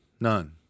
none